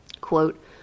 Quote